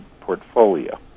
portfolio